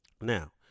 Now